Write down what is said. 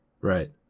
Right